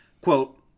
Quote